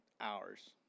hours